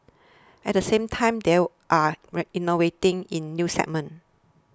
at the same time they are innovating in new segments